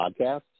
podcast